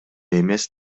эмес